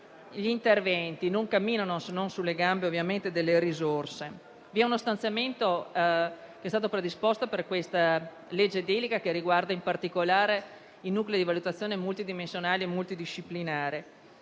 gli interventi non camminano se non sulle gambe delle risorse. Vi è uno stanziamento che è stato predisposto per questa legge delega, che riguarda in particolare i nuclei di valutazione multidimensionale e multidisciplinare.